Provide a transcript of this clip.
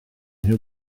nhw